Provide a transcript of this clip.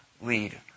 lead